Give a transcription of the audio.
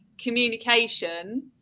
communication